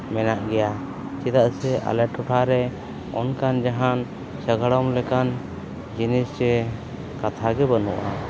ᱢᱮᱱᱟᱜ ᱜᱮᱭᱟ ᱪᱮᱫᱟᱜ ᱥᱮ ᱟᱞᱮ ᱴᱚᱴᱷᱟ ᱨᱮ ᱚᱱᱠᱟᱱ ᱡᱟᱦᱟᱱ ᱥᱟᱜᱟᱲᱚᱢ ᱞᱮᱠᱟᱱ ᱡᱤᱱᱤᱥ ᱪᱮ ᱠᱟᱛᱷᱟ ᱜᱮ ᱵᱟᱹᱱᱩᱜᱼᱟ